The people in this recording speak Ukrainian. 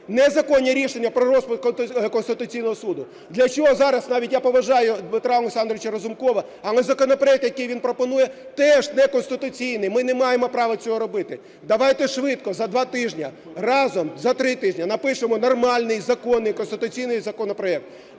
незаконні рішення про розпуск Конституційного Суду? Для чого зараз, навіть я поважаю Дмитра Олександровича Разумкова, але законопроект, який він пропонує, теж неконституційний, ми не маємо права цього робити. Давайте швидко, за давайте тижні, разом, за три тижні, напишемо нормальний і законний конституційний законопроект.